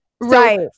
Right